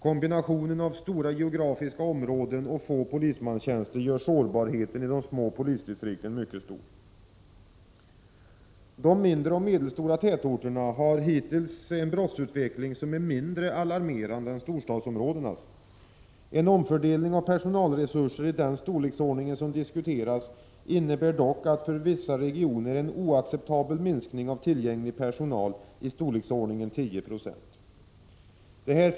Kombinationen av stora geografiska områden och få polismanstjänster gör att sårbarheten i de små polisdistrikten är mycket stor. De mindre och medelstora tätorterna har hittills haft en brottsutveckling som varit mindre alarmerande än storstadsområdenas. En omfördelning av personalresurser i den storleksordning som diskuteras innebär dock för vissa regioner en oacceptabel minskning av tillgänglig personal — det rör sig om en minskning i storleksordningen 10 96.